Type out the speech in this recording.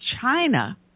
China